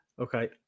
Okay